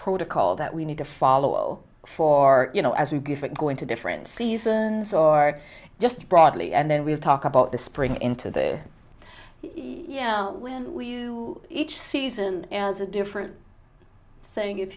protocol that we need to follow for you know as we get going to different seasons or just broadly and then we'll talk about the spring into the yeah when each season as a different thing if